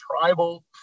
tribal